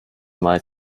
mal